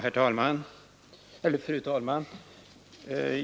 Fru talman!